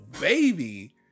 baby